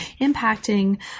impacting